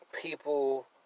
People